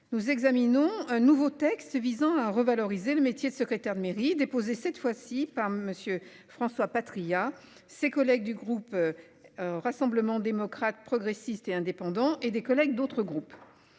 Nous examinons un nouveau texte visant à revaloriser le métier de secrétaire de mairie déposer cette fois-ci par monsieur François Patriat, ses collègues du groupe. Rassemblement démocrates, progressistes et indépendants et des collègues d'autres groupes.